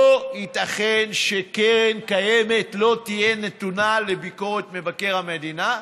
לא ייתכן שקרן קיימת לא תהיה נתונה לביקורת מבקר המדינה,